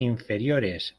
inferiores